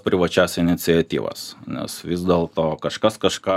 privačias iniciatyvas nes vis dėlto kažkas kažką